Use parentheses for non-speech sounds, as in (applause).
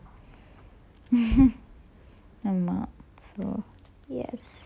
(laughs) ஆமா:aama so yes